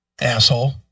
Asshole